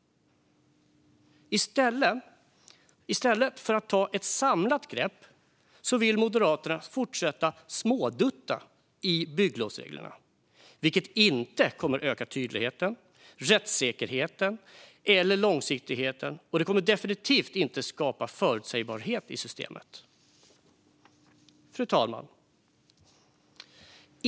I stället för att ta ett samlat grepp vill Moderaterna fortsätta smådutta i bygglovsreglerna, vilket inte kommer att öka tydligheten, rättssäkerheten eller långsiktigheten, och det kommer definitivt inte att skapa förutsägbarhet i systemet. Fru talman!